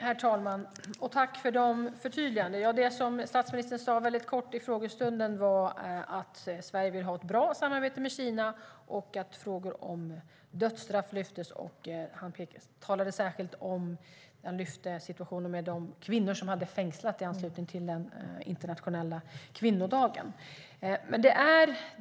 Herr talman! Tack för de förtydligandena! Det som statsministern sa väldigt kort i frågestunden var att Sverige vill ha ett bra samarbete med Kina och att frågor om dödsstraff lyftes. Han lyfte upp situationen med de kvinnor som hade fängslats i anslutning till den internationella kvinnodagen.